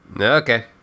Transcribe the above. Okay